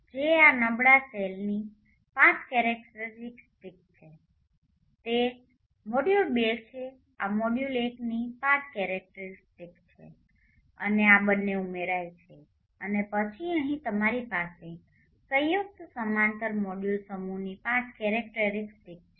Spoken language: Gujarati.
જે આ નબળા સેલની IV કેરેક્ટેરિસ્ટિક છે તે મોડ્યુલ ૨ છે આ મોડ્યુલ ૧ ની IV કેરેક્ટેરિસ્ટિક છે અને આ બંને ઉમેરાય છે અને પછી અહીં તમારી પાસે સંયુક્ત સમાંતર મોડ્યુલ સમૂહની IV કેરેક્ટેરિસ્ટિક છે